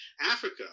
Africa